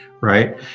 right